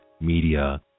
media